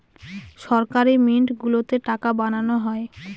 সরকারি মিন্ট গুলোতে টাকা বানানো হয়